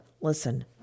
Listen